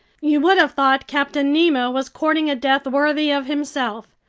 you would have thought captain nemo was courting a death worthy of himself,